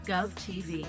GovTV